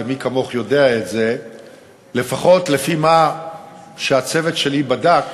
ומי כמוך יודע את זה לפחות לפי מה שהצוות שלי בדק,